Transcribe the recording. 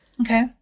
okay